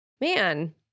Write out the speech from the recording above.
man